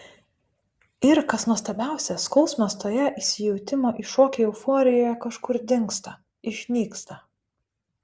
ir kas nuostabiausia skausmas toje įsijautimo į šokį euforijoje kažkur dingsta išnyksta